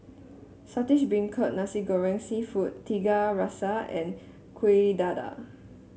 Saltish Beancurd Nasi Goreng seafood Tiga Rasa and Kuih Dadar